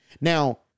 Now